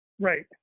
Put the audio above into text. Right